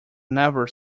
never